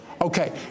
Okay